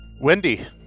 Wendy